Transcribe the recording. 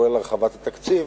כולל הרחבת התקציב,